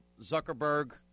Zuckerberg